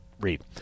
read